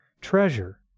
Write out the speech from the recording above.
treasure